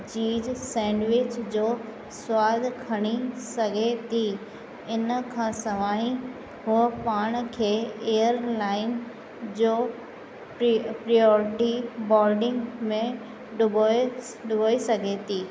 चीज sandwich जो सुवाद खणी सघे थी इन खां सवाइ उहा पाण खे एयरलाइन जो प्रि प्रियोरिटी बॉर्डिंग में ॾुबोए ॾुबोए सघे थी